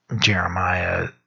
Jeremiah